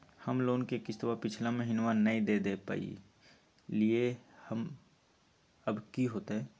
हम लोन के किस्तवा पिछला महिनवा नई दे दे पई लिए लिए हल, अब की होतई?